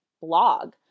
blog